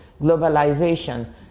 globalization